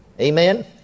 Amen